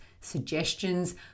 suggestions